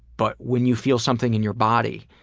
but when you feel something in your body,